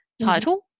title